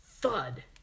thud